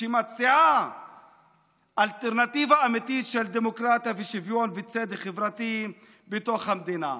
שמציעה אלטרנטיבה אמיתית של דמוקרטיה ושוויון וצדק חברתי בתוך המדינה.